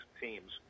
teams